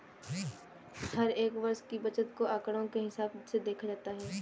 हर एक वर्ष की बचत को आंकडों के हिसाब से देखा जाता है